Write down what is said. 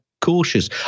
cautious